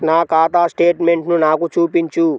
నా ఖాతా స్టేట్మెంట్ను నాకు చూపించు